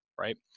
right